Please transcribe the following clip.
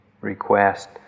request